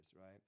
right